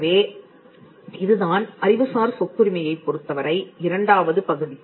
ஆகவே இதுதான் அறிவுசார் சொத்துரிமையைப் பொறுத்தவரை இரண்டாவது பகுதி